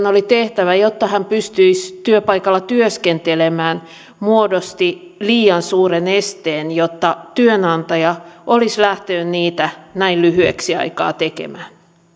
oli tehtävä jotta hän pystyisi työpaikalla työskentelemään muodostivat liian suuren esteen jotta työnantaja olisi lähtenyt niitä näin lyhyeksi aikaa tekemään